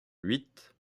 huit